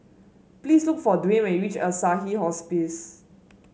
please look for Dwane when you reach Assisi Hospice